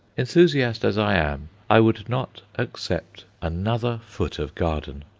enthusiast as i am, i would not accept another foot of garden.